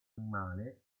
animale